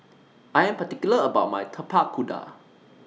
I Am particular about My Tapak Kuda